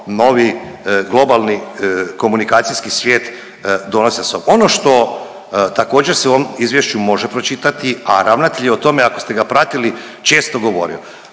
novi globalni komunikacijski svijet donosi sa sobom. Ono što također se u ovom izvješću može pročitati, a ravnatelj je o tome ako ste ga pratili često govorio.